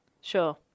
Sure